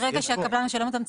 מרגע שהקבלן ישלם אותם,